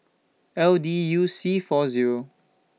L D U C four Zero